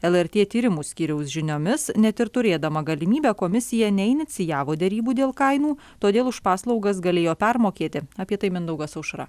lrt tyrimų skyriaus žiniomis net ir turėdama galimybę komisija neinicijavo derybų dėl kainų todėl už paslaugas galėjo permokėti apie tai mindaugas aušra